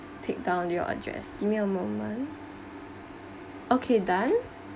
take down your address give me a moment okay done